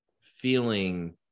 feeling